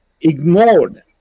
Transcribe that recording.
ignored